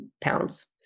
pounds